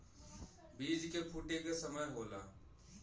बीज के फूटे क समय होला